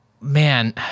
man